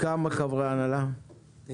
כמה חברי הנהלה יש בקרן?